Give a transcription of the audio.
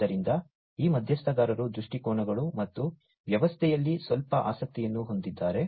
ಆದ್ದರಿಂದ ಈ ಮಧ್ಯಸ್ಥಗಾರರು ದೃಷ್ಟಿಕೋನಗಳು ಮತ್ತು ವ್ಯವಸ್ಥೆಯಲ್ಲಿ ಸ್ವಲ್ಪ ಆಸಕ್ತಿಯನ್ನು ಹೊಂದಿದ್ದಾರೆ